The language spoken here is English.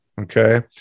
Okay